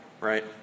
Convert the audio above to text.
right